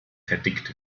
verdickt